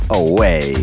away